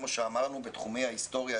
כמו אמרנו בתחומי ההיסטוריה,